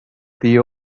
the